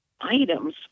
items